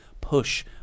push